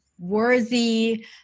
Worthy